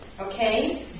Okay